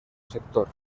sector